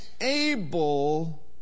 able